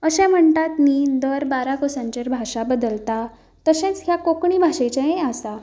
अशें म्हणटात न्हय दर बारा कोसांचेर भाशा बदलता तशेंच ह्या कोंकणी भाशेचेंय आसा